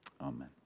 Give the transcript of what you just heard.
Amen